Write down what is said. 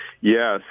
Yes